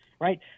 right